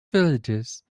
villages